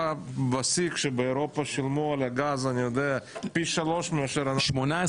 אתה מסיק שבאירופה שילמו על הגז פי 3 מאשר- - 18,